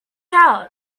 out